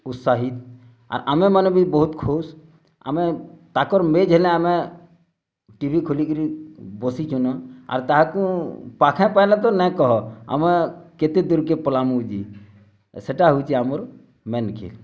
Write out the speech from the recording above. ଉତ୍ସାହିତ୍ ଆର୍ ଆମେମାନେ ବି ବହୁତ୍ ଖୁସ୍ ଆମେ ତାକର୍ ମେଚ୍ ହେଲେ ଆମେ ଟିଭି ଖୋଲିକିରି ବସିଚୁନ ଆର୍ ତାହାକୁଁ ପାଖେ ପାଇଲେ ତ ନାଇଁ କହ ଆମେ କେତେ ଦୂରକେ ପଲାମୁ ଯେ ସେଟା ହେଉଛି ଆମର୍ ମେନ୍ ଖେଲ୍